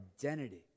identity